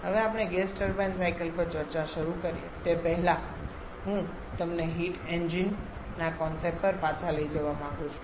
હવે આપણે gas turbine cycle પર ચર્ચા શરૂ કરીએ તે પહેલાં હું તમને હીટ એન્જિન ના કોન્સેપ્ટ પર પાછા લઈ જવા માંગુ છું